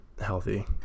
healthy